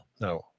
No